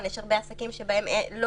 יש הרבה עסקים שבהם לא